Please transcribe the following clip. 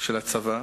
של הצבא